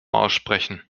aussprechen